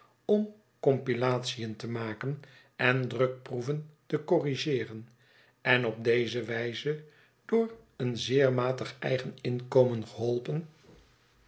om compilation te maken en drukproeven te corrigeeren en op deze wijze door een zeer matig eigen inkomen geholpen